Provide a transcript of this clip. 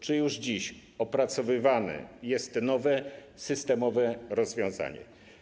Czy już dziś opracowywane jest nowe systemowe rozwiązanie?